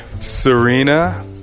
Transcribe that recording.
Serena